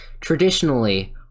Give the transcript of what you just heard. traditionally